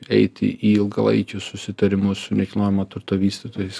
eiti į ilgalaikius susitarimus su nekilnojamo turto vystytojais